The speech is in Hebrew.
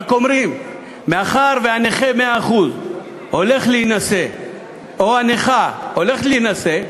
רק אומרים שמאחר שהנכה 100% הולך להינשא או הנכה הולכת להינשא,